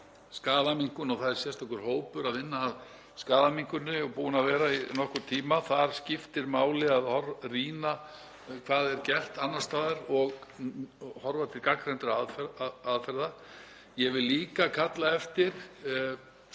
skaðaminnkun og það er sérstakur hópur að vinna að skaðaminnkun og búinn að vera í nokkurn tíma. Þar skiptir máli að rýna hvað er gert annars staðar og horfa til gagnrýndra aðferða. Ég vil líka kalla eftir